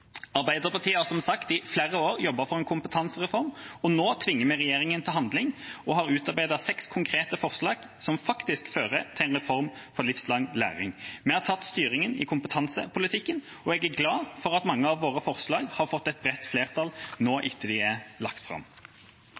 Arbeiderpartiet har som sagt i flere år jobbet for en kompetansereform, og nå tvinger vi regjeringa til handling og har utarbeidet seks konkrete forslag som faktisk fører til en reform for livslang læring. Vi har tatt styringen i kompetansepolitikken, og jeg er glad for at mange av våre forslag har fått et bredt flertall nå etter at de er lagt fram.